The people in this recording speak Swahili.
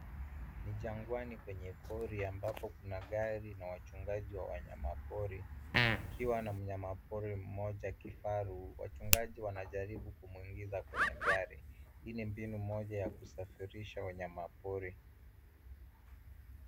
Ni jangwani kwenye pori ambapo kuna gari na wachungaji wa wanyamapori, kukiwa na mnyamapori mmoja kifaru. Wachungaji wanajaribu kumuingiza kwenye gari. Hii ni mbinu moja ya kusafirisha wanyamapori.